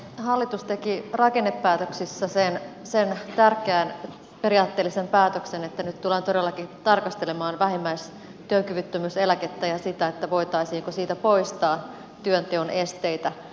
hallitus teki rakennepäätöksissään sen tärkeän periaatteellisen päätöksen että nyt tullaan todellakin tarkastelemaan vähimmäistyökyvyttömyyseläkettä ja sitä voitaisiinko siitä poistaa työnteon esteitä